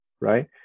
right